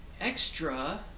extra